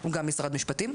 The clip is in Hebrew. הוא גם משרד משפטים.